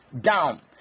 down